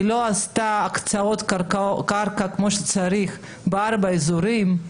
היא לא עשתה הקצאות קרקע כמו שצריך בארבעה אזורים: